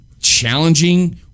challenging